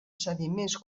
sediments